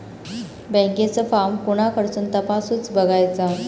बँकेचो फार्म कोणाकडसून तपासूच बगायचा?